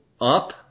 up